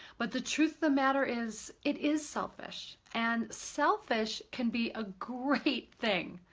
but the truth of the matter is, it is selfish. and selfish can be a great thing.